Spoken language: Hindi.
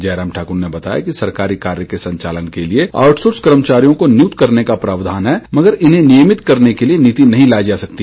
जयराम ठाकुर ने बताया कि सरकारी कार्य के संचालन के लिए आउटसोर्स कर्मचारियों को नियुक्त करने का प्रावधान है मगर इन्हें नियमित करने के लिए नीति नहीं लाई जा सकती